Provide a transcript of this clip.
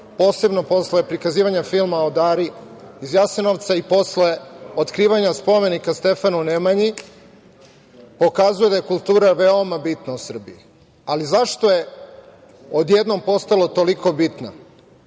posebno posle prikazivanja filma „Dara iz Jasenovca“ i posle otkrivanja spomenika Stefanu Nemanji, pokazuje da je kultura veoma bitna u Srbiji.Zašto je odjednom postala toliko bitna?